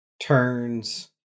turns